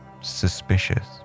suspicious